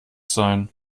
sein